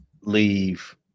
leave